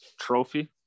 trophy